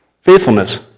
faithfulness